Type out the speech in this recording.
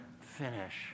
finish